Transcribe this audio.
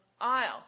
aisle